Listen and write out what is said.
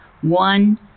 one